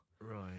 Right